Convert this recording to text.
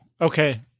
okay